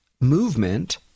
movement